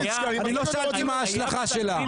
אני לא שאלתי מה ההשלכה שלה.